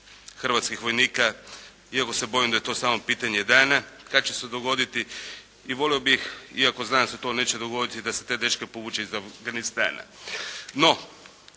hrvatskih vojnika, iako se bojim da je to samo pitanje dana kada će se dogoditi. I volio bih, iako znam da se to neće dogoditi da se te dečke povuče iz Afganistana.